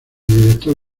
director